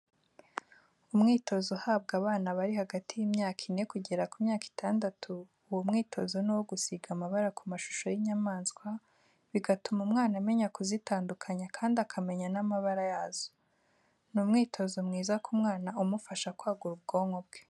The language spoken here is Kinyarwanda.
Umwitozo uhabwa abana barihagati y'imyaka ine kugera ku myaka itandatu, uwo mwitozi ni uwo gusiga amabara ku mashusho y'inyamaswa, bigatuma umwana amenya kuzitandukanya kandi akamenya n'amabara yazo. ni umwitozo mwiza ku mwana umufasha kwagura ubwonko bwe.